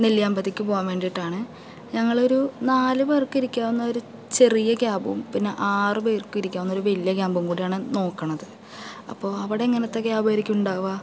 നെല്ലിയാമ്പതിക്ക് പോകാൻ വേണ്ടിയിട്ടാണ് ഞങ്ങളൊരു നാല് പേർക്ക് ഇരിക്കാവുന്ന ഒരു ചെറിയ ക്യാബും പിന്നെ ആറുപേർക്കിരിക്കാവുന്ന ഒരു വലിയ ക്യാബും കൂടിയാണ് നോക്കണത് അപ്പോൾ അവിടെ എങ്ങനത്തെ ക്യാബായിരിക്കും ഉണ്ടാവുക